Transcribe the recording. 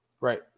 Right